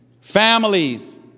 families